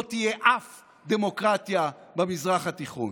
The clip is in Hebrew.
לא תהיה אף דמוקרטיה במזרח התיכון.